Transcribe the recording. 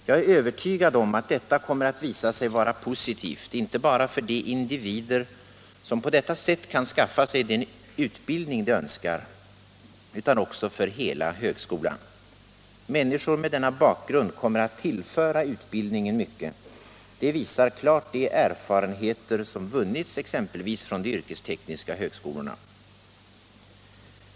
Jag är övertygad om att detta kommer att visa sig vara positivt inte bara för de individer som på detta sätt kan skaffa sig den utbildning de önskar utan också för hela högskolan. Människor med denna bakgrund kommer att tillföra utbildningen mycket — det visar klart de erfarenheter som vunnits exempelvis från de yrkestekniska högskolorna.